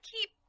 keep